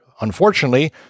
unfortunately